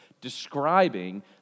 describing